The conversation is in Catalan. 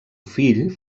fill